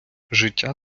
життя